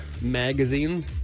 Magazine